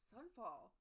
Sunfall